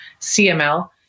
CML